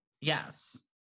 Yes